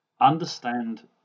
Understand